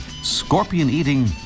scorpion-eating